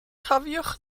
cofiwch